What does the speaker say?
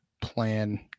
plan